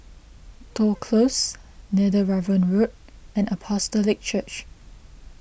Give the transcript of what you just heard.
Toh Close Netheravon Road and Apostolic Church